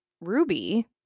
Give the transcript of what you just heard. ruby